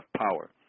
power